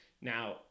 Now